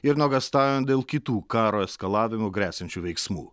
ir nuogąstaujam dėl kitų karo eskalavimu gresiančių veiksmų